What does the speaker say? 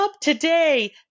today